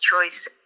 choices